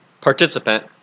participant